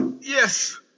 Yes